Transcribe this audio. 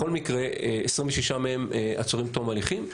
בכל מקרה, 26 מהם עצורים תום הליכים.